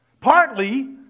Partly